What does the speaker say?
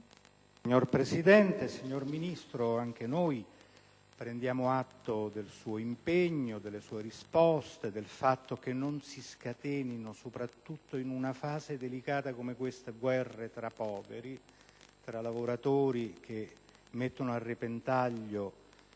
Signor Presidente, signor Ministro, anche noi prendiamo atto del suo impegno, delle sue risposte e della necessità che non si scatenino, soprattutto in una fase delicata come questa, guerre tra poveri e tra lavoratori che vedono messo a repentaglio